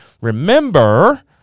Remember